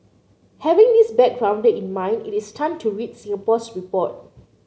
having this backgrounder in mind it is time to read Singapore's report